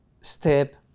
step